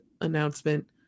announcement